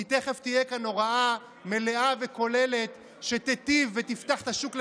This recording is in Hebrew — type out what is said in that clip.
כי תכף תהיה כאן הוראה מלאה וכוללת שתיטיב ותפתח את השוק לתחרות,